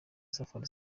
safari